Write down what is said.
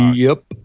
yep.